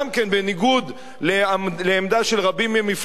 בניגוד לעמדה של רבים ממפלגתו,